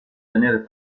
tenere